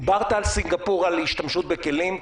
דיברת על סינגפור, על שימוש בכלים.